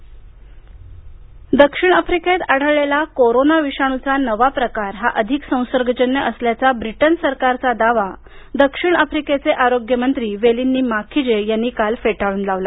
दक्षिण Africa corona दक्षिण आफ्रिकेत आढळलेला कोरोना विषाणूचा नवा प्रकार हा अधिक संसर्गजन्य असल्याचा ब्रिटन सरकारचा दावा दक्षिण आफ्रिकेचे आरोग्य मंत्री वेलींनी माखीजे यांनी काल फेटाळून लावला